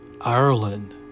ireland